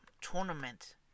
tournament